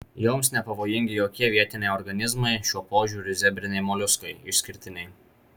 joms nepavojingi jokie vietiniai organizmai šiuo požiūriu zebriniai moliuskai išskirtiniai